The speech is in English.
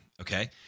Okay